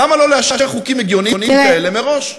למה לא לאשר חוקים הגיוניים כאלה מראש?